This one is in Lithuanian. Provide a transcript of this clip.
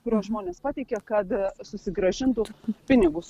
kuriuos žmonės pateikė kad susigrąžintų pinigus